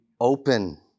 open